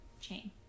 chain